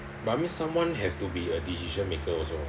but I mean someone have to be a decision maker also